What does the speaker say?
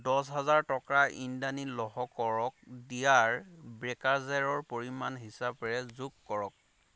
দহ হাজাৰ টকা ইন্দ্ৰাণী লহকৰক দিয়া ব্ৰ'কাৰেজৰ পৰিমাণ হিচাপে যোগ কৰক